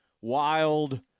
wild –